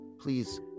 please